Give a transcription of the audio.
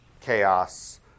chaos